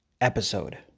episode